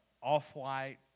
off-white